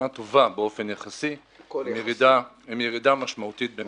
טובה באופן יחסי עם ירידה משמעותית במספר ההרוגים.